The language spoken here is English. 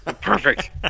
perfect